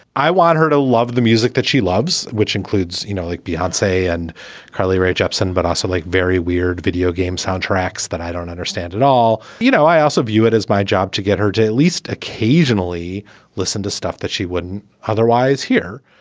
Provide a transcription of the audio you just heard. i want her to love the music that she loves, which includes, you know, like i'd say and carly rae jepsen, but also like very weird video game soundtracks that i don't understand at all. you know, i also view it as my job to get her to at least occasionally listen to stuff that she wouldn't otherwise here.